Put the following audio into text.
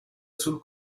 sul